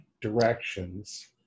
directions